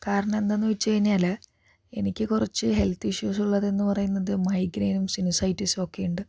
കാരണം എന്തെന്ന് വച്ച് കഴിഞ്ഞാല് എനിക്ക് കുറച്ച് ഹെൽത്ത് ഇഷ്യൂസ് ഉള്ളത് എന്ന് പറയുന്നത് മൈഗ്രൈനും സിനസൈറ്റീസും ഒക്കെയുണ്ട്